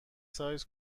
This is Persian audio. سایز